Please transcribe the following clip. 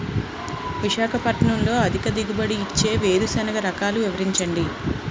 విశాఖపట్నంలో అధిక దిగుబడి ఇచ్చే వేరుసెనగ రకాలు వివరించండి?